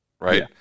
right